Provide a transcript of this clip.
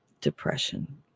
depression